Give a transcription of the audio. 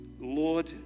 Lord